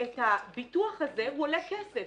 הביטוח הזה עולה כסף.